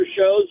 shows